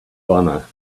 honor